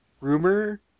rumor